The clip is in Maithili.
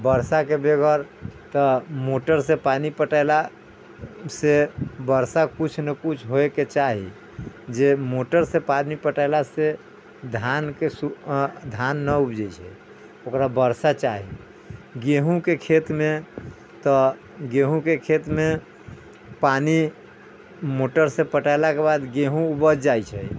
तऽ वर्षा के वगैर तऽ मोटर से पानी पटेला से वर्षा कुछ ना कुछ होइ के चाही जे मोटर से पानी पटेला से धान के धान ना उपजै छै ओकरा वर्षा चाही गेहूँ के खेत मे तऽ गेहूँ के खेत मे पानी मोटर से पटेला के बाद गेहूँ उपजै छै